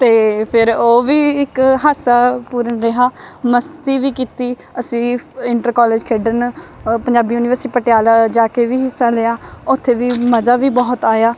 ਅਤੇ ਫਿਰ ਉਹ ਵੀ ਇੱਕ ਹਾਸਾਪੂਰਨ ਰਿਹਾ ਮਸਤੀ ਵੀ ਕੀਤੀ ਅਸੀਂ ਇੰਟਰ ਕੋਲੇਜ ਖੇਡਣ ਅ ਪੰਜਾਬੀ ਯੂਨੀਵਰਸਿਟੀ ਪਟਿਆਲਾ ਜਾ ਕੇ ਵੀ ਹਿੱਸਾ ਲਿਆ ਉੱਥੇ ਵੀ ਮਜ਼ਾ ਵੀ ਬਹੁਤ ਆਇਆ